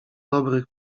dobrych